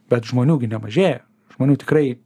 bet žmonių gi nemažėja žmonių tikrai